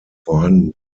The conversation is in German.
vorhanden